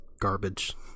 garbage